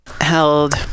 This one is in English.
held